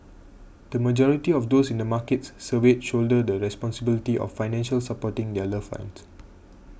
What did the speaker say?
the majority of those in the markets surveyed shoulder the responsibility of financially supporting their loved ones